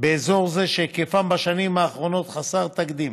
באזור זה, שהיקפם בשנים האחרונות חסר תקדים.